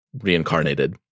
reincarnated